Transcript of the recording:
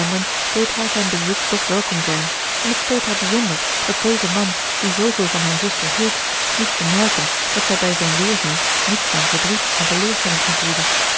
deed haar zijn bezoek toch welkom zijn en het speet haar bijzonder dat deze man die zooveel van hare zuster hield moest bemerken dat zij bij zijn weêrzien niets dan verdriet en teleurstelling gevoelde